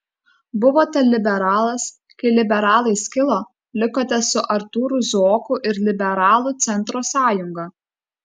buvote liberalas kai liberalai skilo likote su artūru zuoku ir liberalų centro sąjunga